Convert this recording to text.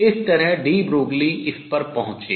इस तरह de Broglie इस पर पहुंचे